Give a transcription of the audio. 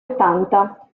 ottanta